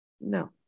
No